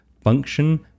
function